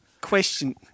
Question